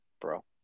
bro